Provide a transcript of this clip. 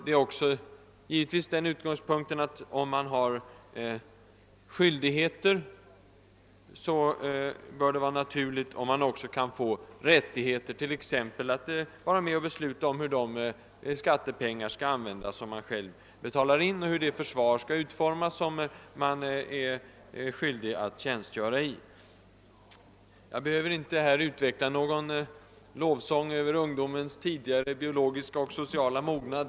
En annan utgångspunkt har varit, att om en människa har skyldigheter, så är det naturligt att hon också får rättigheter, t.ex. rätten att vara med och besluta om hur de skattepengar skall användas, som vederbörande själv betalar in, och hur det försvar skall utformas som man är skyldig att tjänstgöra i. Jag behöver här inte lovprisa de unga för deras tidigare biologiska och sociala mognad.